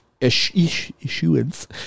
issuance